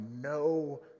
no